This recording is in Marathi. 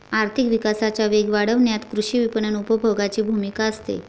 आर्थिक विकासाचा वेग वाढवण्यात कृषी विपणन उपभोगाची भूमिका असते